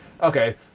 Okay